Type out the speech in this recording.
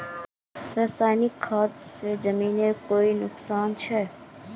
रासायनिक खाद से जमीन खानेर कोई नुकसान छे?